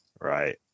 right